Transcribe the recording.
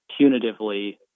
punitively